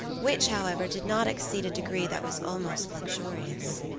which, however, did not exceed a degree that was almost luxurious.